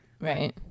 Right